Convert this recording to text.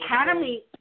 Academy